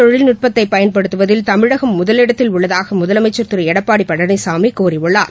தொழில்நுட்பத்தையன்படுத்துவதில் தமிழகம் முதலிடத்தில் உள்ளதாகமுதலமைச்சர் தகவல் திருடப்பாட்பழனிசாமிகூறியுள்ளார்